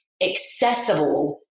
accessible